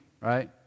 right